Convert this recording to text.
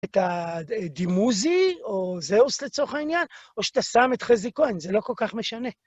את הדימוזי, או זאוס לצורך העניין, או שאתה שם את חזיקון, זה לא כל כך משנה.